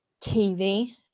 TV